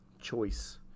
choice